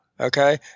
Okay